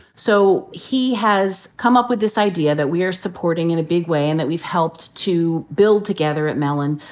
so he has come up with this idea that we are supporting in a big way, and that we've helped to build together at mellon,